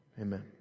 amen